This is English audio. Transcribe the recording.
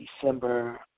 December